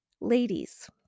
ladies